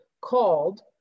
called